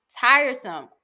tiresome